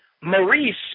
Maurice